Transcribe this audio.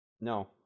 No